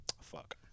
Fuck